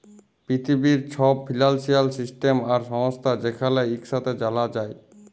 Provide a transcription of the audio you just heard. পিথিবীর ছব financial system আর সংস্থা যেখালে ইকসাথে জালা যায়